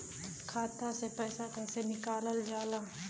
खाता से पैसा कइसे निकालल जाला?